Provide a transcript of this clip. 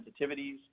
sensitivities